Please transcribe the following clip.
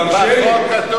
תרשה לי, תרשה לי.